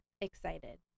Excited